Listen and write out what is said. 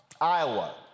Iowa